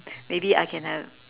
maybe I can have